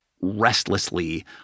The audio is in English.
restlessly